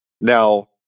Now